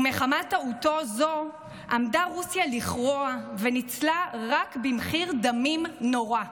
ומחמת טעותו זו עמדה רוסיה לכרוע וניצלה רק במחיר דמים נורא.